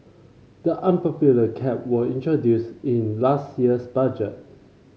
the unpopular cap was introduced in last year's budget